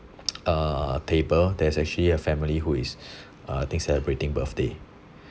uh table there's actually a family who is I think celebrating birthday